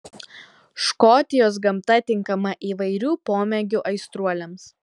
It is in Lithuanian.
škotijos gamta tinkama įvairių pomėgių aistruoliams